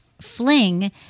fling